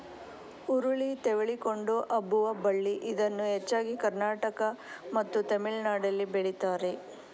ಹುರುಳಿ ತೆವಳಿಕೊಂಡು ಹಬ್ಬುವ ಬಳ್ಳಿ ಇದನ್ನು ಹೆಚ್ಚಾಗಿ ಕರ್ನಾಟಕ ಮತ್ತು ತಮಿಳುನಾಡಲ್ಲಿ ಬೆಳಿತಾರೆ